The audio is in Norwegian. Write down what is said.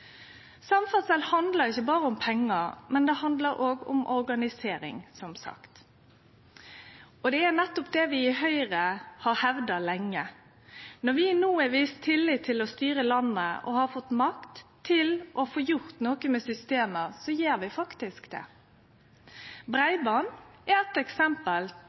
om penger, men også om organisering», som sagt. Det er nettopp det vi i Høgre har hevda lenge. Når vi no er vist tillit til å styre landet og har fått makt til å få gjort noko med systemet, gjer vi faktisk det. Breiband er eit eksempel